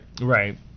Right